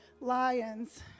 lions